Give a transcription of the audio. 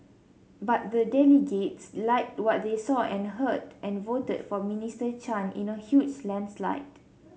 but the delegates liked what they saw and heard and voted for Minister Chan in a huge landslide